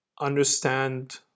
understand